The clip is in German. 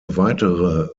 weitere